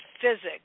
physics